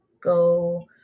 go